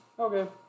Okay